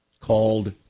called